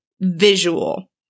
visual